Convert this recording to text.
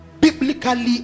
biblically